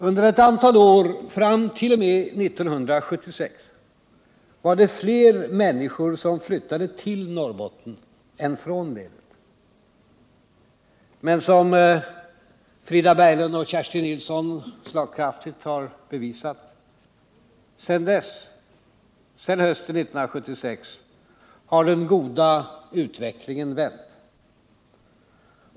Under ett antal år fram t.o.m. 1976 var det fler människor som flyttade till Norrbotten än från länet, men — som Frida Berglund och Kerstin Nilsson slagkraftigt har bevisat — sedan hösten 1976 har den goda utvecklingen vänt.